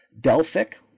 Delphic